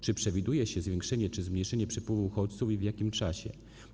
Czy przewiduje się zwiększenie czy zmniejszenie przypływu uchodźców i w jakim czasie?